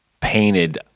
painted